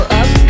up